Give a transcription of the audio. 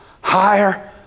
higher